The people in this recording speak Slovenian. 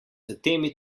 temi